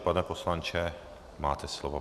Pane poslanče, máte slovo.